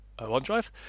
OneDrive